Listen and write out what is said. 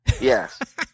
yes